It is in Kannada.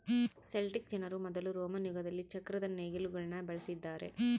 ಸೆಲ್ಟಿಕ್ ಜನರು ಮೊದಲು ರೋಮನ್ ಯುಗದಲ್ಲಿ ಚಕ್ರದ ನೇಗಿಲುಗುಳ್ನ ಬಳಸಿದ್ದಾರೆ